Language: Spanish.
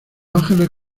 ángeles